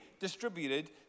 distributed